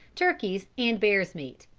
turkeys, and bear's meat,